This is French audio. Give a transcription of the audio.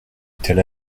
telle